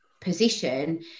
position